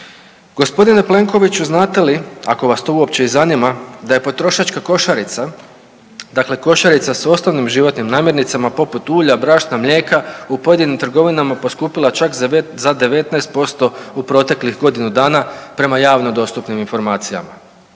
Gospodine Plenkoviću znate li, ako vas to uopće i zanima da je potrošačka košarica, dakle košarica s osnovnim životnim namirnicama poput ulja, brašna, mlijeka u pojedinim trgovinama poskupila čak za 19% u proteklih godinu dana prema javno dostupnim informacijama.